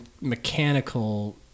mechanical